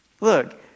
Look